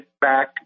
back